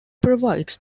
provides